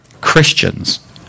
Christians